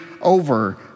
over